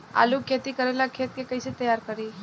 आलू के खेती करेला खेत के कैसे तैयारी होला?